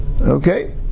Okay